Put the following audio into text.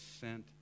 sent